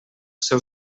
seu